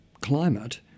climate